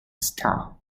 sta